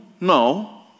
no